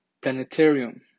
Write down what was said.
Planetarium